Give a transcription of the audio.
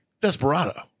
Desperado